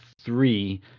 three